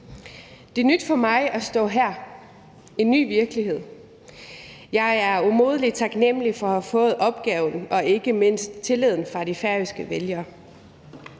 Det er nyt for mig at stå her, en ny virkelighed. Jeg er umådelig taknemlig for at have fået opgaven og ikke mindst tilliden fra de færøske vælgere.